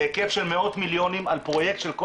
בהיקף של מאות מיליונים על פרויקט של כל